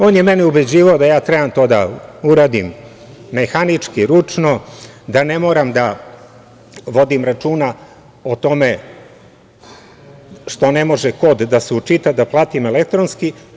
On je mene ubeđivao da treba to da uradim mehanički, ručno, da ne moram da vodim računa o tome što ne može kod da se učita, da platim elektronski.